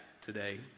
today